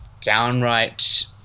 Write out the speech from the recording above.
downright